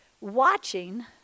watching